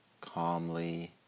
calmly